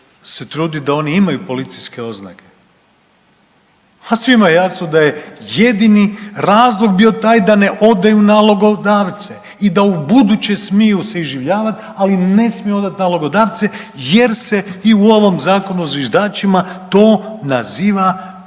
se trudi da oni imaju policijske oznake. A svima je jasno da je jedini razlog bio taj da ne odaju nalogodavce i da ubuduće smiju se iživljavat, ali ne smiju odat nalogodavce jer se i u ovom zakonu o zviždačima to naziva, to